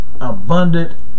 abundant